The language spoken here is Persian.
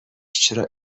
چرا